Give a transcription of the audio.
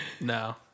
No